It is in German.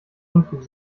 unfug